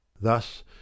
thus